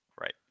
Right